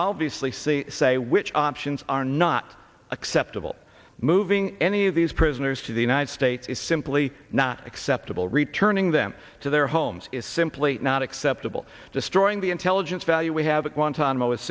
obviously see say which options are not acceptable moving any of these prisoners to the united states is simply not acceptable returning them to their homes is simply not acceptable destroying the intelligence value we have